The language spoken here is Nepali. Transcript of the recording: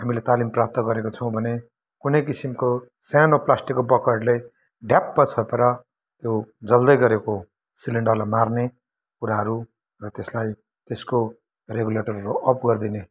हामीले तालिम प्राप्त गरेको छौँ भने कुनै किसिमको सानो प्लास्टिकको बकेटले ढ्याप्प छोपेर त्यो जल्दै गरेको सिलेन्डरलाई मार्ने कुराहरू र त्यसलाई त्यसको रेगुलेटरहरू अफ गरिदिने